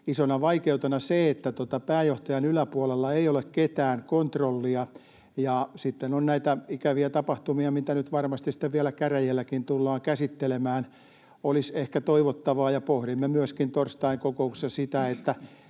isona vaikeutena on se, että pääjohtajan yläpuolella ei ole mitään kontrollia, ja sitten on näitä ikäviä tapahtumia, mitä nyt varmasti sitten vielä käräjilläkin tullaan käsittelemään. Olisi ehkä toivottavaa, ja pohdimme myöskin torstain kokouksessa sitä, millä